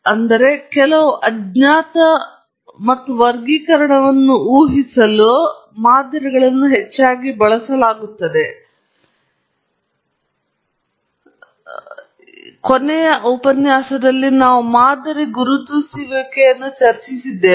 ಆದ್ದರಿಂದ ಕೆಲವು ಅಜ್ಞಾತ ಮತ್ತು ವರ್ಗೀಕರಣವನ್ನು ಊಹಿಸಲು ಮಾದರಿಗಳನ್ನು ಹೆಚ್ಚಾಗಿ ಬಳಸಲಾಗುತ್ತಿವೆ ನಾವು ಈ ಕೊನೆಯ ಬಾರಿ ಮಾದರಿ ಗುರುತಿಸುವಿಕೆಯನ್ನು ಚರ್ಚಿಸಿದ್ದೇವೆ